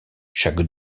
chaque